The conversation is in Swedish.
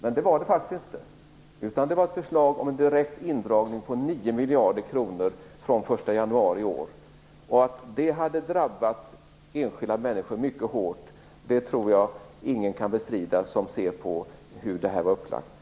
Men så var det faktiskt inte, utan det var ett förslag om en direkt indragning av 9 miljarder kronor från den första januari i år. Att det hade drabbat enskilda människor mycket hårt tror jag att ingen som känner till uppläggningen av förslaget kan bestrida.